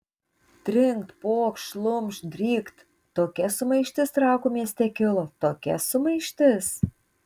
trinkt pokšt šlumšt drykt tokia sumaištis trakų mieste kilo tokia sumaištis